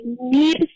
need